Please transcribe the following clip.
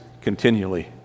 continually